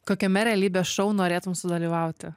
kokiame realybės šou norėtum sudalyvauti